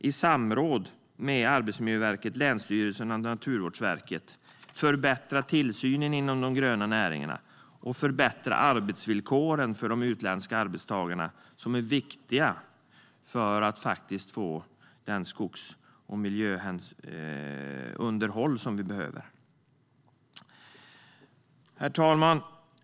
I samråd med Arbetsmiljöverket, länsstyrelserna och Naturvårdsverket ska tillsynen inom de gröna näringarna förbättras. Dessutom ska arbetsvillkoren för de utländska arbetstagarna förbättras. Dessa arbetstagare är viktiga för att vi ska få det skogs och miljöunderhåll som vi behöver. Herr talman!